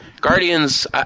Guardians